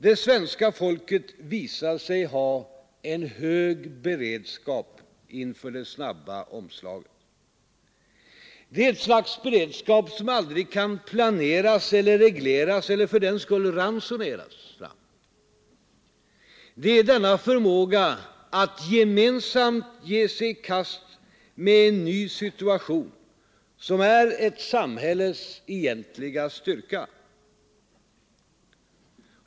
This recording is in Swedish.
Det svenska folket visade sig ha en hög beredskap inför det snabba omslaget. Det är ett slags beredskap som aldrig kan planeras eller regleras eller fördenskull ransoneras fram. Det är denna förmåga att gemensamt ge sig i kast med en ny situation som är ett samhälles egentliga styrka.